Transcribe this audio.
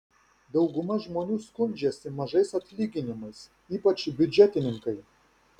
dauguma žmonių skundžiasi mažais atlyginimais ypač biudžetininkai